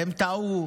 והם טעו,